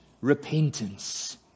repentance